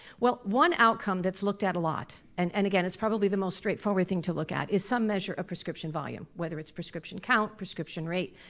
well, one outcome that's looked at a lot, and and again it's probably the most straightforward thing to look at, is some measure of prescription volume. whether it's prescription count, prescription rate,